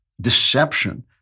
deception